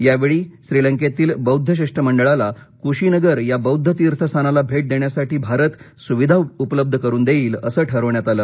यावेळी श्रीलंकेतील बौद्ध शिष्टमंडळाला कुशीनगर या बौद्ध तीर्थस्थानाला भेट देण्यासाठी भारत सुविधा उपलब्ध करुन देईल असं ठरवण्यात आलं